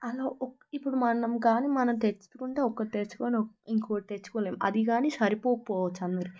అలా ఒక ఇప్పుడు మనం కాని మనం తెచ్చుకుంటే ఒకటే తెచ్చుకొని ఇంకోటి తెచ్చుకోలేం అది కానీ సరిపోకపోవచ్చు అందరికీ